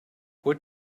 what